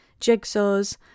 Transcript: jigsaws